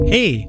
Hey